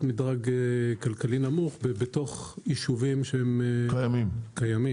מדרג כלכלי נמוך בתוך יישובים שהם קיימים,